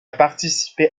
participé